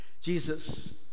Jesus